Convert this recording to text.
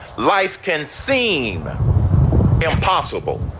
life can seem impossible.